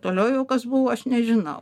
toliau jau kas buvo aš nežinau